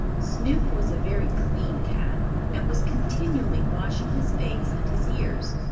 snoop was a very clean cat and was continually washing his face and his ears.